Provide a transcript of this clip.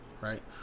Right